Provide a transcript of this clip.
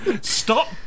Stop